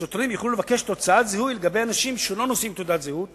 שוטרים יוכלו לבקש תוצאת זיהוי לגבי אנשים שלא נושאים תעודות זיהוי